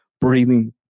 breathing